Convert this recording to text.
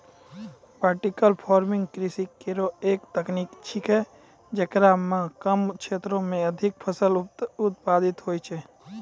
vertical farming कृषि केरो एक तकनीक छिकै, जेकरा म कम क्षेत्रो में अधिक फसल उत्पादित होय छै